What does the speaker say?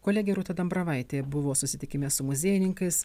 kolegė rūta dambravaitė buvo susitikime su muziejininkais